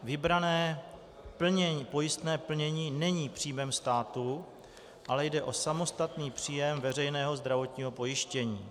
Vybrané pojistné plnění není příjmem státu, ale jde o samostatný příjem veřejného zdravotního pojištění.